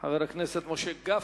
חבר הכנסת משה גפני,